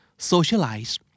Socialize